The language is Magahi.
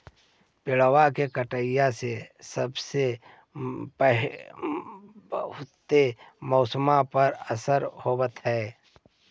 पेड़बा के कटईया से से बहुते मौसमा पर असरबा हो है?